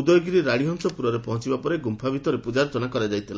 ଉଦୟଗିରି ରାଶୀହଂସପୁରରେ ପହଞ୍ ବା ପରେ ଗୁଫ୍ଫା ଭିତରେ ପୂଜାର୍ଚ୍ଚନା କରାଯାଇଥିଲା